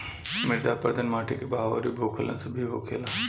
मृदा अपरदन माटी के बहाव अउरी भूखलन से भी होखेला